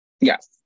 Yes